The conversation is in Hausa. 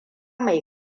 mai